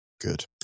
good